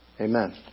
Amen